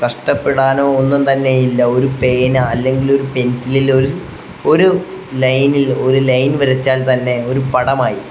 കഷ്ടപ്പെടാനോ ഒന്നും തന്നെ ഇല്ല ഒരു പേന അല്ലെങ്കിൽ ഒരു പെൻസിലില് ഒരു ഒരു ലൈനിൽ ഒരു ലൈൻ വരച്ചാൽ തന്നെ ഒരു പടമായി